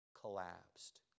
collapsed